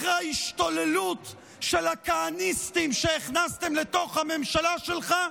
אחרי ההשתוללות של הכהניסטים שהכנסתם לתוך הממשלה שלך?